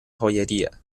joyería